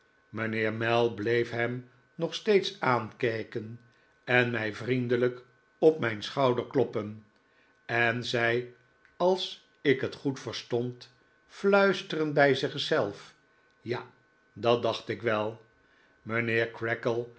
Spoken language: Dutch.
mijnheer mell bleef hem nog steeds aankijken en mij vriendelijk op mijn schouder kloppen en zei als ik het goed verstond fluisterend bij zich zelf ja dat dacht ik wel